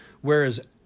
whereas